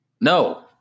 No